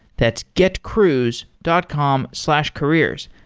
that's getcruise dot com slash careers.